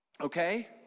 okay